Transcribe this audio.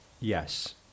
Yes